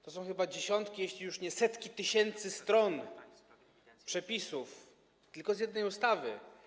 To są chyba dziesiątki, jeśli już nie setki tysięcy stron przepisów tylko z jednej ustawy.